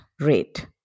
rate